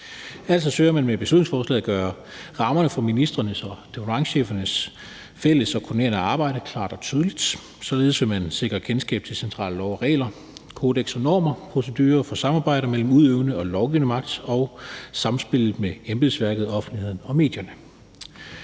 Altså søger man med beslutningsforslaget at gøre rammerne for ministrenes og departementschefernes fælles og koordinerende arbejde klart og tydeligt, således at man sikrer kendskab til centrale love og regler, kodeks og normer, procedurer for samarbejde mellem udøvende og lovgivende magt og samspillet med embedsværket, offentligheden og medierne.